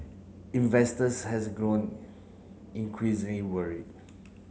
investors has grown increasingly worried